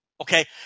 Okay